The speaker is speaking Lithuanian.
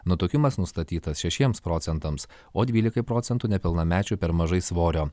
nutukimas nustatytas šešiems procentams o dvylikai procentų nepilnamečių per mažai svorio